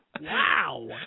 Wow